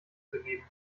begeben